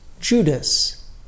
Judas